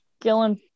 Gillen